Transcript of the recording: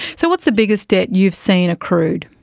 so what's the biggest debt you've seen accrued?